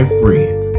friends